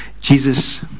Jesus